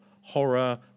horror